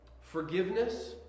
forgiveness